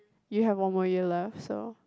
you have one more year left so